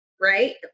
right